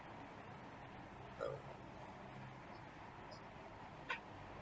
oh